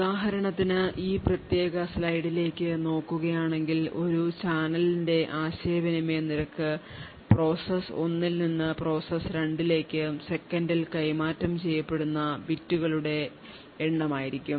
ഉദാഹരണത്തിന് ഈ പ്രത്യേക സ്ലൈഡിലേക്ക് നോക്കുക ആണെങ്കിൽ ഒരു ചാനലിന്റെ ആശയവിനിമയ നിരക്ക് പ്രോസസ്സ് ഒന്നിൽ നിന്ന് പ്രോസസ്സ് രണ്ടിലേക്ക് സെക്കൻഡിൽ കൈമാറ്റം ചെയ്യപ്പെടുന്ന ബിറ്റുകളുടെ എണ്ണമായിരിക്കും